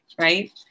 right